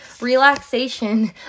Relaxation